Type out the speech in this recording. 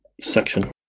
section